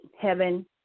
heaven